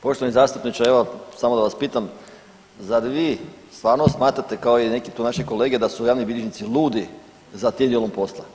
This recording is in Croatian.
Poštovani zastupniče evo samo da vas pitam zar vi stvarno smatrate kao i tu neki naši kolege da su javni bilježnici ludi za tim dijelom posla?